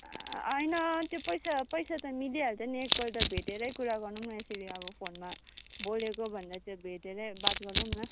होइन त्यो पैसा त पैसा त मिलिहाल्छ नि एकपल्ट भेटेरै कुरा गरौँ न यसरी अब फोनमा बोलेकोभन्दा चाहिँ भेटेेरै बात गरौँ न